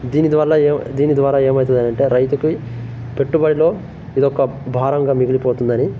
దీనిది వల్ల ఏ దీని ద్వారా ఏమైతదనంటే రైతుకి పెట్టుబడిలో ఇదొక భారంగా మిగిలిపోతుందని